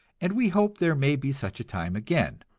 and we hope there may be such a time again.